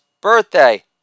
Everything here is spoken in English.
birthday